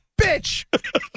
bitch